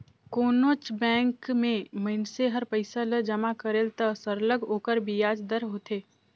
कोनोच बंेक में मइनसे हर पइसा ल जमा करेल त सरलग ओकर बियाज दर होथे